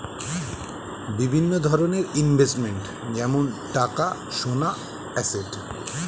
বিভিন্ন ধরনের ইনভেস্টমেন্ট যেমন টাকা, সোনা, অ্যাসেট